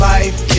Life